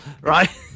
right